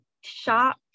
shop